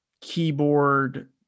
keyboard